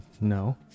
No